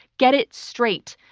get it straight.